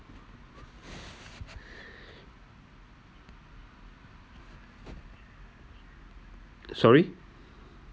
sorry